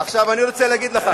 עכשיו אני רוצה להגיד לך: